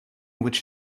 which